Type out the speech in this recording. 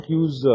use